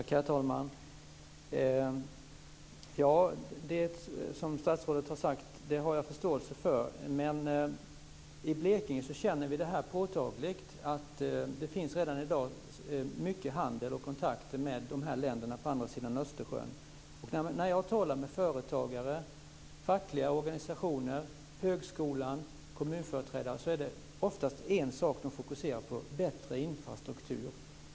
Herr talman! Det som statsrådet har sagt har jag förståelse för. Men i Blekinge känner vi påtagligt att det redan i dag finns mycket handel och kontakter med länderna på andra sidan Östersjön. När jag talar med företagare, fackliga organisationer, högskolan och kommunföreträdare är det oftast en sak som de fokuserar på, nämligen infrastrukturen.